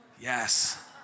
Yes